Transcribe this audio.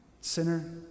sinner